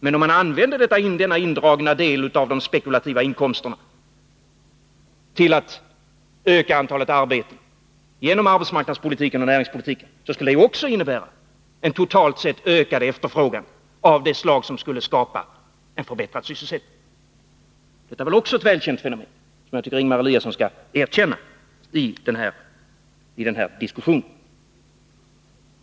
Men om man använder denna indragna del av de spekulativa inkomsterna till att öka antalet arbeten, genom arbetsmarknadspolitiken och näringspolitiken, skulle det också innebära en totalt sett ökad efterfrågan av de slag som skapar en förbättrad sysselsättning. Det är väl också ett välkänt fenomen, som jag tycker att Ingemar Eliasson skall erkänna i den här diskussionen.